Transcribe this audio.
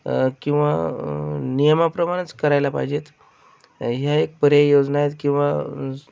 किंवा नियमाप्रमाणेच करायला पाहिजेत ह्या एक पर्यायी योजना आहेत किंवा